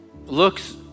looks